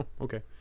okay